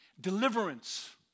Deliverance